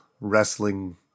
wrestling